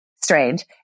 strange